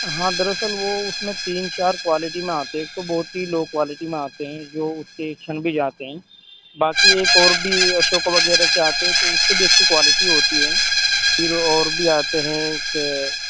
ہاں دراصل وہ اس میں تین چار کوالٹی میں آتے ہیں ایک تو بہت ہی لو کوالٹی میں آتے ہیں جو اس کے چھن بھی جاتے ہیں باقی ایک اور بھی اشوکا وغیرہ کے آتے ہیں تو اس کے بھی اچھی کوالٹی ہوتی ہے پھر اور بھی آتے ہیں کہ